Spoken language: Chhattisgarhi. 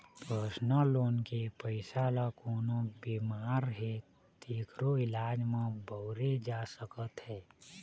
परसनल लोन के पइसा ल कोनो बेमार हे तेखरो इलाज म बउरे जा सकत हे